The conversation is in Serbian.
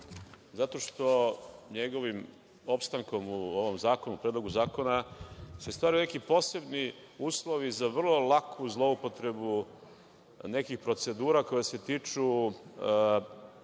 zato što njegovim opstankom u ovom zakonu, Predlogu zakona se stvaraju neki posebni uslovi za vrlo laku zloupotrebu nekih procedura koje se tiču,